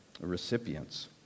recipients